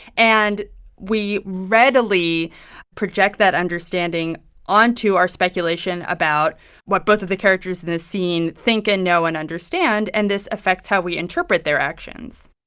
and we readily project that understanding onto our speculation about what both of the characters in the scene think and know and understand, and this affects how we interpret their actions